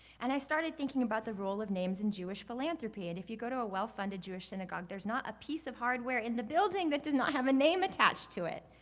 and i started thinking about the role of names in jewish philanthropy. and if you go to a well-funded jewish synagogue, there's not a piece of hardware in the building that does not have a name attached to it.